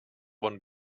one